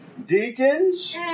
Deacons